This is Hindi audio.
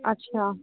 अच्छा